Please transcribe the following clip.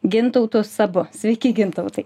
gintautu sabu sveiki gintautai